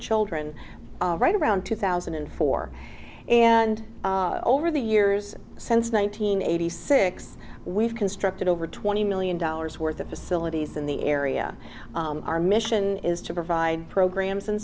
children right around two thousand and four and over the years since one nine hundred eighty six we've constructed over twenty million dollars worth of facilities in the area our mission is to provide programs and